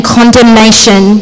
condemnation